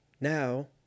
Now